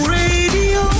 radio